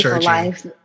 life